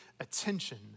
attention